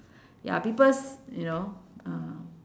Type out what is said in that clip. ya people's you know uh